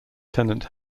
tenant